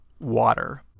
water